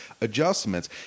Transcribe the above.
adjustments